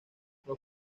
los